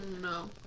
no